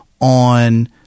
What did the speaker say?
on